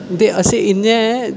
ते असें इ'यां ऐ